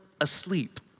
asleep